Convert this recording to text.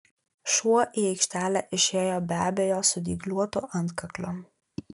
šuo į aikštelę išėjo be abejo su dygliuotu antkakliu